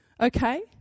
okay